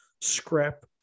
scrap